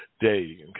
day